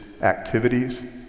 activities